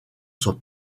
son